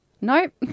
nope